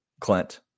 Clint –